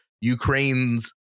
Ukraine's